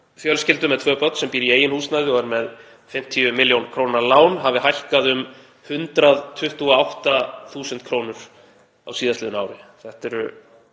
fjölskyldu með tvö börn sem býr í eigin húsnæði og er með 50 millj. kr. lán hafi hækkað um 128.000 kr. á síðastliðnu ári.